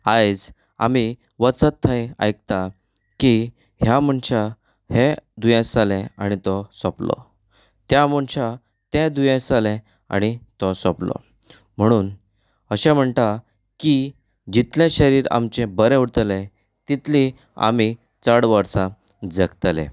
आयज आमी वचत थंय आयकता की ह्या मनशा हें दुयेंस जालें आनी तो सोंपलो त्या मनशा तें दुयेंस जालें आनी तो सोंपलो म्हणून अशे म्हणटा की जितलें शरीर आमचें बरें उरतलें तितलीं आमी चड वर्सां जगतले